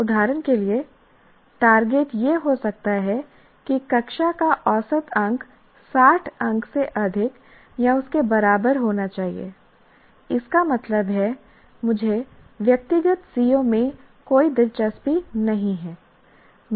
उदाहरण के लिए टारगेट यह हो सकता है कि कक्षा का औसत अंक 60 अंक से अधिक या उसके बराबर होना चाहिए इसका मतलब है मुझे व्यक्तिगत CO में कोई दिलचस्पी नहीं है